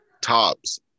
Tops